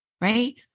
right